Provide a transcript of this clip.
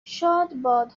شادباد